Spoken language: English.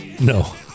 No